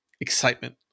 excitement